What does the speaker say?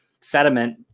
sediment